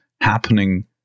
happening